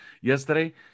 yesterday